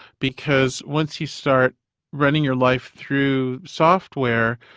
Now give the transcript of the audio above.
because once you start running your life through software,